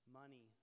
money